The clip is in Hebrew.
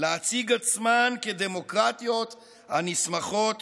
להציג עצמן כדמוקרטיות הנסמכות